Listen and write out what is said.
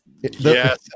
Yes